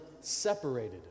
separated